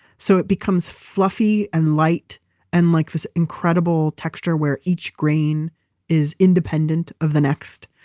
so, it becomes fluffy and light and like this incredible texture where each grain is independent of the next.